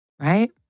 right